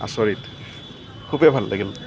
আচৰিত খুবেই ভাল লাগিল